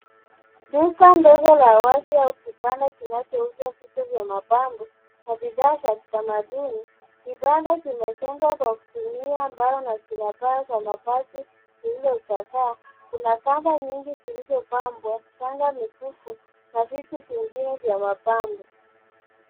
Duka ndogo la wazi au kibanda kinachouza vitu vya mapambo na bidhaa za kitamaduni. Kibanda kimejengwa kwa kutumia mbao na kina paa za mabati lililochakaa. Kuna kamba nyingi zilizopangwa shanga mikufu, na vitu vingine vya mapambo.